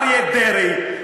אריה דרעי,